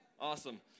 Awesome